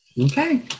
Okay